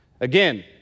Again